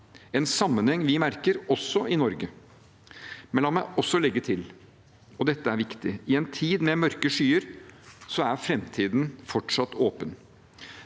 en sammenheng vi merker også i Norge. La meg da også legge til, og dette er viktig: I en tid med mørke skyer er framtiden fortsatt åpen.